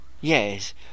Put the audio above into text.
Yes